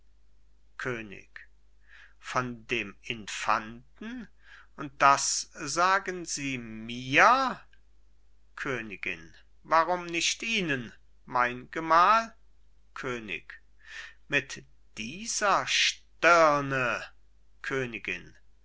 könig von dem infanten und das sagen sie mir königin warum nicht ihnen mein gemahl könig mit dieser stirne königin